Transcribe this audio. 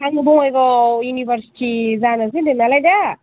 आङो बङाइगावआव इउनिभार्सिटि जानोसै होन्दों नालाय दा